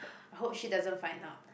I hope she doesn't find out